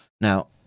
Now